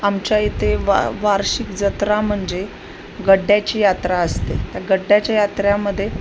आमच्या इथे वा वार्षिक जत्रा म्हणजे गड्ड्याची यात्रा असते त्या गड्ड्याच्या यात्रामध्ये